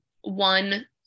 one